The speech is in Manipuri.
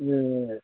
ꯑꯦ